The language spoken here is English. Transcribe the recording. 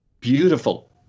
beautiful